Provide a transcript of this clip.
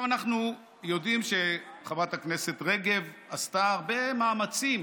אנחנו יודעים שחברת הכנסת רגב עשתה הרבה מאמצים